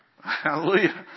Hallelujah